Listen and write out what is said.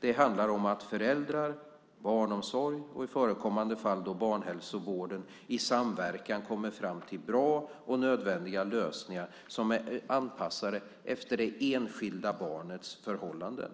Det handlar om att föräldrar, barnomsorg och i förekommande fall barnhälsovården i samverkan kommer fram till bra och nödvändiga lösningar som är anpassade efter det enskilda barnets förhållanden.